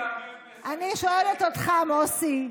מוסי,